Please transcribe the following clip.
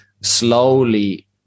slowly